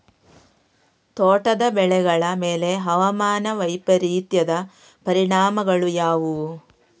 ತೋಟದ ಬೆಳೆಗಳ ಮೇಲೆ ಹವಾಮಾನ ವೈಪರೀತ್ಯದ ಪರಿಣಾಮಗಳು ಯಾವುವು?